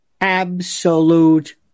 absolute